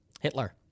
Hitler